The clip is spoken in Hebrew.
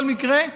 בכל מקרה,